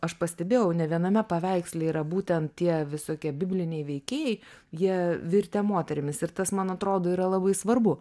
aš pastebėjau ne viename paveiksle yra būtent tie visokie bibliniai veikėjai jie virtę moterimis ir tas man atrodo yra labai svarbu